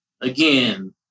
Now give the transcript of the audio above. Again